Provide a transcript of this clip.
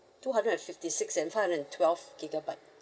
two hundred and fifty six and five hundred and twelve gigabyte